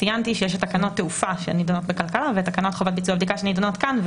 ציינתי שיש תקנות תעופה ותקנות חובת ביצוע בדיקה שנדונות כאן.